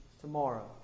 tomorrow